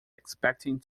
expecting